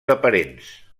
aparents